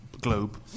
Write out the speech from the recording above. Globe